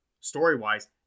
Story-wise